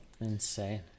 Insane